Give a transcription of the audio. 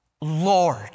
Lord